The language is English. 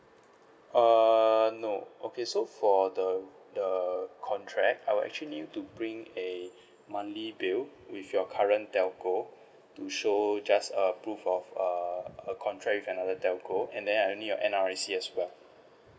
err no okay so for the the contract I'll actually need you to bring a monthly bill with your current telco to show just a proof of err a contract with another telco and then I'll need your N_R_I_C as well